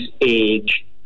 age